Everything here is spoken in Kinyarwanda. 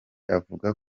avuga